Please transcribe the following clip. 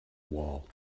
wall